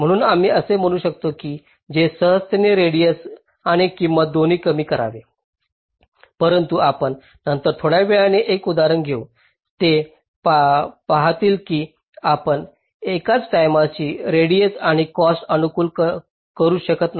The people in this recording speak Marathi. म्हणून आम्ही असे म्हणू शकतो की हे सहजतेने रेडिएस आणि किंमत दोन्ही कमी करावे परंतु आपण नंतर थोड्या काळाने एक उदाहरण घेऊ ते पाहतील की आपण एकाच टाईमी रेडिएस आणि कॉस्टला अनुकूल करू शकत नाही